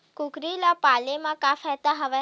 कुकरी ल पाले म का फ़ायदा हवय?